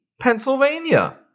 Pennsylvania